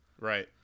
right